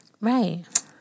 right